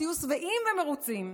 תהיו שבעים ומרוצים.